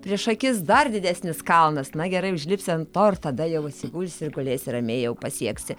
prieš akis dar didesnis kalnas na gerai užlipsi ant to ir to tada jau atsigulsi ir gulėsi ramiai jau pasieksi